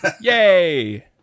Yay